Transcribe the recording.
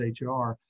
HR